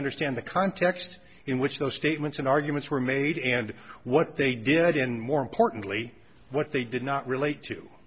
understand the context in which those statements and arguments were made and what they did in more importantly what they did not relate